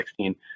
2016